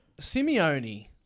Simeone